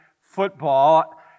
Football